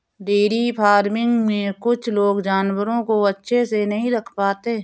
dairy farming में कुछ लोग जानवरों को अच्छे से नहीं रख पाते